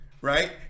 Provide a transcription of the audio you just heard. right